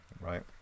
right